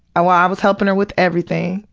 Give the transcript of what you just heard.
i was i was helping her with everything,